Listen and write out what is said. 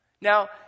Now